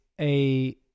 a-